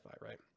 right